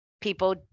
people